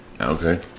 okay